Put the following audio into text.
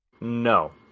No